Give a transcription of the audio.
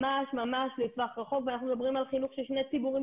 ממש לטווח רחוק ואנחנו מדברים על חינוך של שני ציבורים